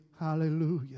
Hallelujah